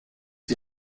die